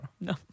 No